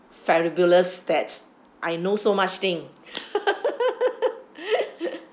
fabulous that's I know so much thing